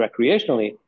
recreationally